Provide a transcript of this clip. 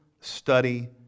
study